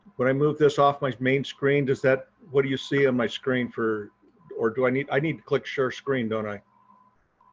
when i move this off my main screen does that. what do you see on my screen for or do i need, i need to click share screen, don't i?